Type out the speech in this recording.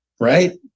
right